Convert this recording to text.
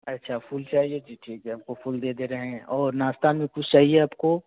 अच्छा फ़ुल चाहिए जी ठीक है आपको फ़ुल दे रहें हैं और नाश्ते में कुछ चाहिए आपको